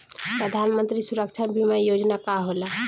प्रधानमंत्री सुरक्षा बीमा योजना का होला?